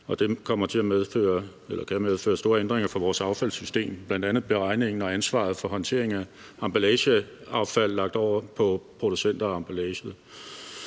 det kan medføre store ændringer for vores affaldssystem; bl.a. bliver regningen og ansvaret for håndteringen af emballageaffald lagt over på producenter af emballage.